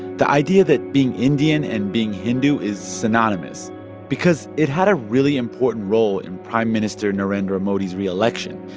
the idea that being indian and being hindu is synonymous because it had a really important role in prime minister narendra modi's reelection.